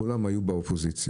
כולם היו באופוזיציה.